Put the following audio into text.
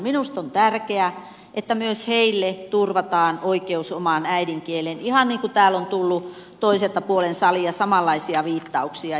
minusta on tärkeää että myös heille turvataan oikeus omaan äidinkieleen ihan niin kuin täällä on tullut toiselta puolen salia samanlaisia viittauksia